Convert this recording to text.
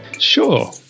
Sure